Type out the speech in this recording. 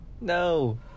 No